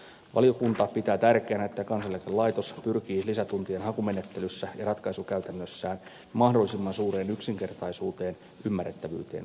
valiokunta pitää tärkeänä että kansaneläkelaitos pyrkii lisätuntien hakumenettelyssä ja ratkaisukäytännössään mahdollisimman suureen yksinkertaisuuteen ymmärrettävyyteen ja joustavuuteen